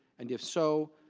and if so,